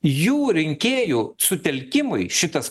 jų rinkėjų sutelkimui šitas